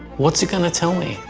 what's it going to tell me?